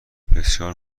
بسیار